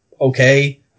Okay